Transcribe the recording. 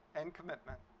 and commitment.